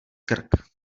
krk